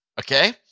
okay